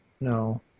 no